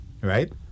Right